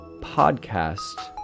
podcast